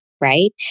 right